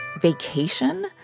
Vacation